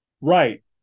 Right